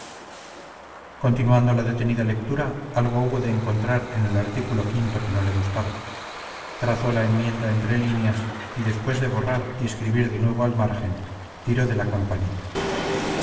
continuando la detenida lectura algo hubo de encontrar en el artículo o que no le gustaba trazó la enmienda entre líneas y después de borrar y escribir de nuevo al margen tiró de la campanilla